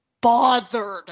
bothered